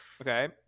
Okay